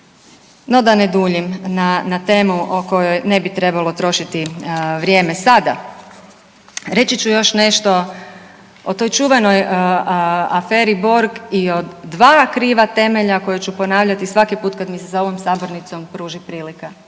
No da ne duljim na temu o kojoj ne bi trebalo trošiti vrijeme sada. Reći ću još nešto o toj čuvenoj aferi Borg i o dva kriva temelja koja ću ponavljati svaki put kada mi se za ovom sabornicom pruži prilika.